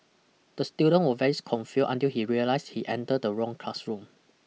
the student was very confuse until he realised he enter the wrong classroom